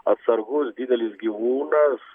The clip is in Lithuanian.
atsargus didelis gyvūnas